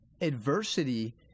adversity